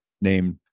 named